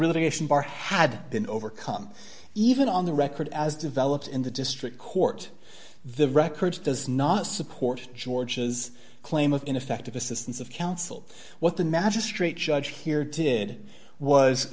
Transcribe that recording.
relation bar had been overcome even on the record as developed in the district court the record does not support george's claim of ineffective assistance of counsel what the magistrate judge here did was